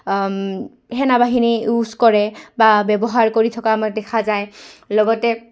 সেনাবাহিনী ইউজ কৰে বা ব্যৱহাৰ কৰি থকা আমাৰ দেখা যায় লগতে